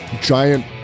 giant